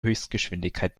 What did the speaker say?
höchstgeschwindigkeit